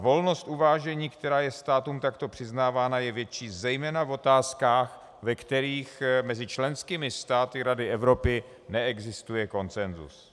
Volnost uvážení, která je státům takto přiznávána, je větší zejména v otázkách, ve kterých mezi členskými státy Rady Evropy neexistuje konsensus.